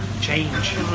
Change